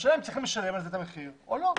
השאלה, אם צריכים לשלם על זה את המחיר או לא.